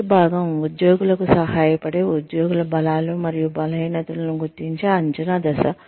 మొదటి భాగం ఉద్యోగులకు సహాయపడే ఉద్యోగుల బలాలు మరియు బలహీనతలను గుర్తించే అంచనా దశ